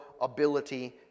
ability